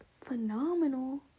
phenomenal